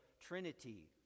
Trinity